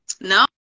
no